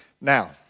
Now